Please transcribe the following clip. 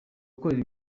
gukorera